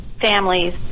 families